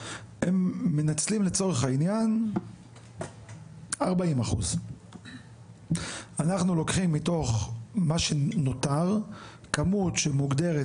הם מנצלים לצורך העניין 40%. אנחנו לוקחים מתוך מה שנותר כמות שמוגדרת,